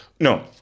no